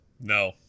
No